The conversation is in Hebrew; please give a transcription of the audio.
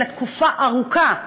אלא ארוכה,